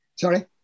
Sorry